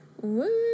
woo